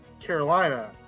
Carolina